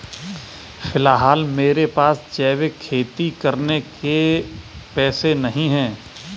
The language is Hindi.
फिलहाल मेरे पास जैविक खेती करने के पैसे नहीं हैं